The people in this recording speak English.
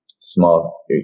small